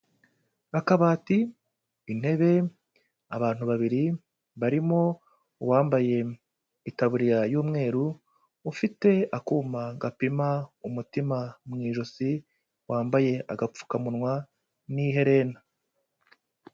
Akabati, intebe, abantu babiri, barimo uwambaye itaburiya y'umweru, ufite akuma gapima umutima mu ijosi, wambaye agapfukamunwa n'iherena.